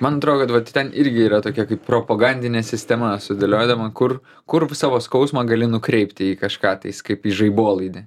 man atrodo kad va ten irgi yra tokia kaip propagandinė sistema sudėliojama kur kur savo skausmą gali nukreipti į kažką tais kaip į žaibolaidį